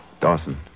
Dawson